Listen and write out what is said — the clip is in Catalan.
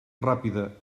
ràpida